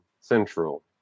Central